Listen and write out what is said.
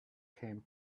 came